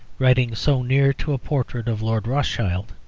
writing so near to a portrait of lord rothschild.